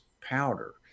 powder